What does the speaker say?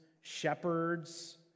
shepherds